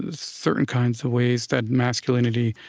ah certain kinds of ways that masculinity